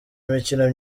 imikino